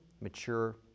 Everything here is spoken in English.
mature